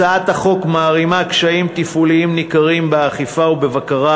הצעת החוק מערימה קשיים תפעוליים ניכרים באכיפה ובבקרה